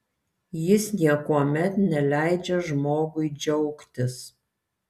jis niekuomet neleidžia žmogui džiaugtis